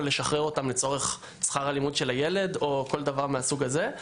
לשחרר אותם לצורך שכר הלימוד של הילד או כל דבר מהסוג הזה.